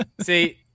See